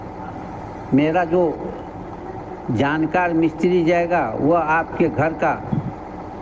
मेरा जो जानकार मिस्त्री जाएगा वो आपके घर का